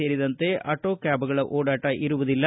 ಸೇರಿದಂತೆ ಆಟೋ ಕ್ವಾಬ್ಗಳ ಓಡಾಟ ಇರುವುದಿಲ್ಲ